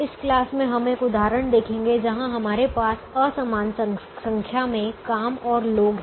इस क्लास में हम एक उदाहरण देखेंगे जहां हमारे पास असमान संख्या में काम और लोग हैं